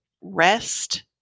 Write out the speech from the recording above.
rest